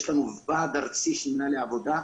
יש לנו ועד ארצי של מנהלי עבודה,